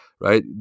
right